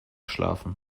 schlafen